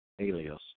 alias